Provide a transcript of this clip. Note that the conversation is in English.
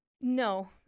No